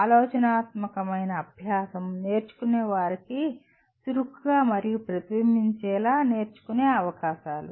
ఆలోచనాత్మకమైన అభ్యాసం నేర్చుకునేవారికి చురుకుగా మరియు ప్రతిబింబించేలా నేర్చుకునే అవకాశాలు